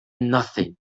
nothing